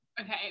Okay